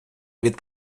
від